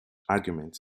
arguments